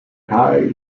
high